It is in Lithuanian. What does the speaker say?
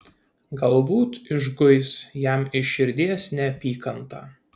galbūt išguis jam iš širdies neapykantą